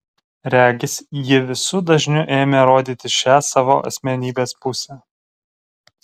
regis ji visu dažniu ėmė rodyti šią savo asmenybės pusę